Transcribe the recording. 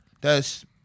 that's-